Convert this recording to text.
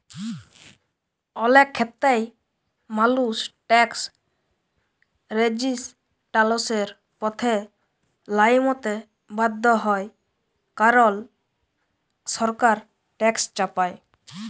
অলেক খ্যেত্রেই মালুস ট্যাকস রেজিসট্যালসের পথে লাইমতে বাধ্য হ্যয় কারল সরকার ট্যাকস চাপায়